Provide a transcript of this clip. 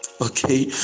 Okay